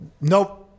Nope